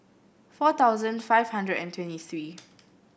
four thousand five hundred and twenty three